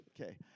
Okay